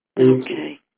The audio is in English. Okay